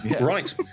right